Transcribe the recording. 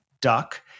duck